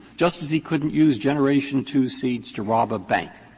just as he couldn't use generation two seeds to rob a bank.